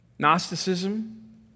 Gnosticism